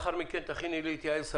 לאחר מכן יעל סלומון.